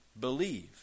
believe